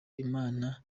imana